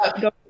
Go